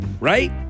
Right